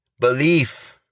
Belief